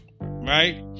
right